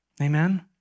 Amen